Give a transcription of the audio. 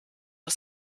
aus